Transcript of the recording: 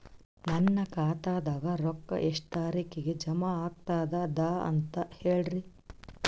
ನನ್ನ ಖಾತಾದಾಗ ರೊಕ್ಕ ಎಷ್ಟ ತಾರೀಖಿಗೆ ಜಮಾ ಆಗತದ ದ ಅಂತ ಹೇಳರಿ?